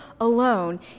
alone